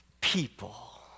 people